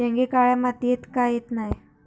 शेंगे काळ्या मातीयेत का येत नाय?